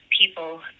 people